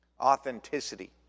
Authenticity